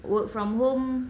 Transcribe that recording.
work from home